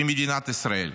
ממדינת ישראל.